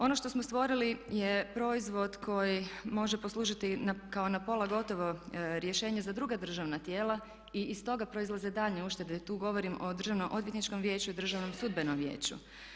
Ono što smo stvorili je proizvod koji može poslužiti kao na pola gotovo rješenje za druga državna tijela i iz tog proizlaze daljnje uštede, tu govorim o Državno odvjetničkom vijeću i Državnom sudbenom vijeću.